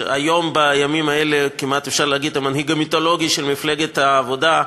בימים האלה כמעט אפשר להגיד "המנהיג המיתולוגי" של מפלגת העבודה,